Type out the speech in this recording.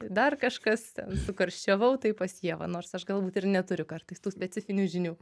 dar kažkas ten sukarščiavau tai pas ievą nors aš galbūt ir neturiu kartais tų specifinių žinių